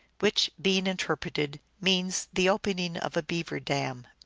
which, being inter preted, means the opening of a beaver dam.